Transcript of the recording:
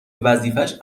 وظیفهش